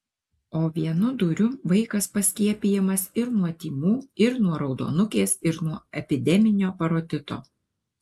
o vienu dūriu vaikas paskiepijamas ir nuo tymų ir nuo raudonukės ir nuo epideminio parotito